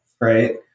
right